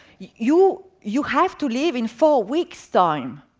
you you have to leave in four weeks time,